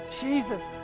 Jesus